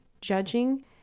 judging